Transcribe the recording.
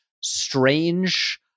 strange